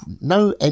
no